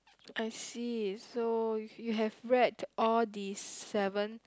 I see so you have read all the seven